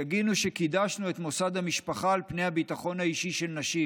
שגינו שקידשנו את מוסד המשפחה על פני הביטחון האישי של נשים,